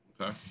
Okay